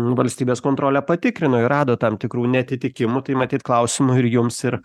valstybės kontrolė patikrino ir rado tam tikrų neatitikimų tai matyt klausimų ir jums ir